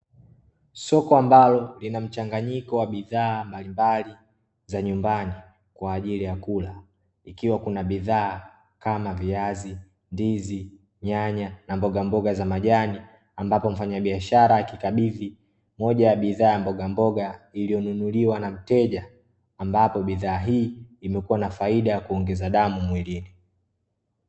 Soko ambalo linamchanganyiko wa bidhaa mbalimbali za nyumbani kwa ajili ya kula, ikiwa kuna bidhaa kama viazi, ndizi, nyanya na mbogamboga za majani ambapo mfanyabiashara akikabidhi moja ya bidhaa za mbogamboga iliyonunuliwa na mteja, ambapo bidhaa hii imekuwa na faida ya kuongeza damu mwilini.